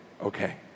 okay